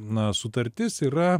na sutartis yra